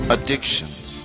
Addictions